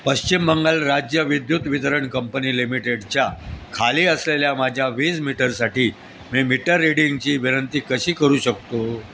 पश्चिम बंगाल राज्य विद्युत वितरण कंपनी लिमिटेडच्या खाली असलेल्या माझ्या वीज मीटरसाठी मी मीटर रीडिंगची विनंती कशी करू शकतो